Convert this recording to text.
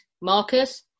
Marcus